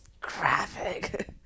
graphic